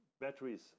batteries